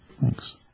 thanks